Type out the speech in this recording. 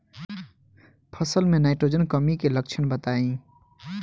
फसल में नाइट्रोजन कमी के लक्षण बताइ?